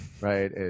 right